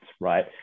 right